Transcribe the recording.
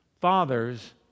fathers